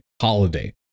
holiday